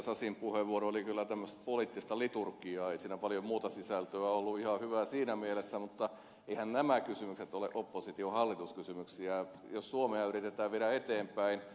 sasin puheenvuoro oli kyllä tämmöistä poliittista liturgiaa ei siinä paljon muuta sisältöä ollut ihan hyvä siinä mielessä mutta eiväthän nämä kysymykset ole oppositiohallitus kysymyksiä jos suomea yritetään viedä eteenpäin